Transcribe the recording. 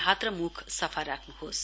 हात र मुख सफा राख्नुहोस्